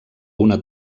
una